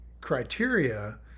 criteria